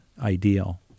ideal